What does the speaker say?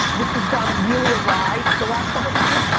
this has gone really awry the last couple times,